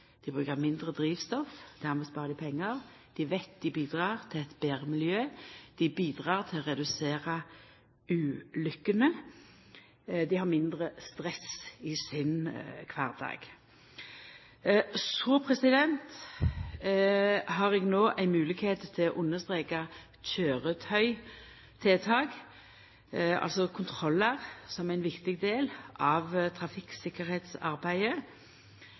dei brukar mindre drivstoff, og dermed sparar dei pengar, dei bidreg til eit betre miljø, dei bedreg til å redusera ulukkene, og dei har mindre stress i kvardagen. Eg har no moglegheit til å streka under køyretøytiltak, altså kontrollar, som ein viktig del av